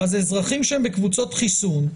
האזרחים שהם בקבוצות חיסון,